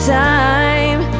time